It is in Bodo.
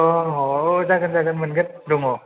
औ जागोन जागोन मोनगोन दङ